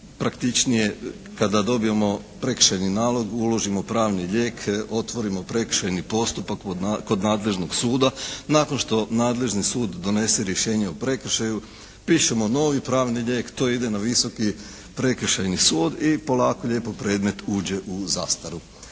najpraktičnije kada dobijemo prekršajni nalog uložimo pravni lijek, otvorimo prekršajni postupak kod nadležnog suda, nakon što nadležni sud donese rješenje o prekršaju pišemo novi pravni lijek. To ide na Visoki prekršajni sud i polako lijepo predmet uđe u zastaru.